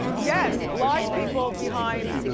yes, live people behind,